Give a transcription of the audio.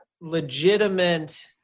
legitimate